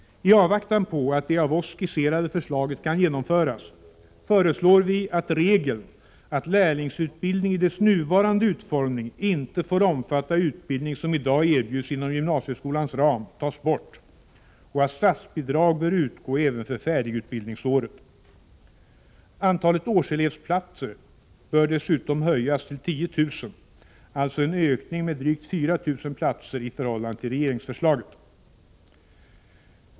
I avvaktan på att det av oss skisserade förslaget kan genomföras föreslår vi att regeln, att lärlingsutbildning i dess nuvarande utformning inte får omfatta utbildning som i dag erbjuds inom gymnasieskolans ram, tas bort och att statsbidrag bör utgå även för färdigutbildningsåret. Antalet årselevsplatser bör dessutom höjas till 10 000, alltså en ökning med drygt 4 000 platser i förhållande till regeringsförslaget.